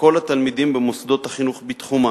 כל התלמידים במוסדות החינוך בתחומה,